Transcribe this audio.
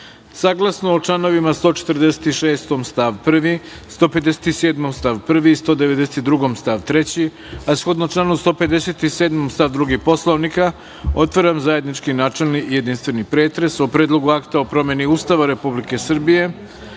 članovima 146. stav 1, 157. stav 1. i 192. stav 3, a shodno članu 157. stav 2. Poslovnika, otvaram zajednički načelni i jedinstveni pretres o Predlogu akta o promeni Ustava Republike Srbije,